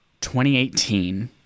2018